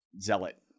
zealot